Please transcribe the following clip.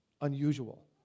unusual